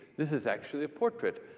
this is actually a portrait.